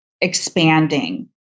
expanding